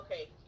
okay